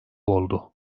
oldu